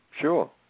Sure